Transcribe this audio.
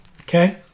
Okay